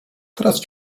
teraz